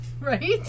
right